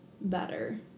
better